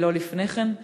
ולא לפני כן.